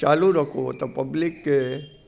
चालू रखो त पब्लिक खे